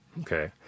okay